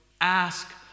ask